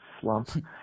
slump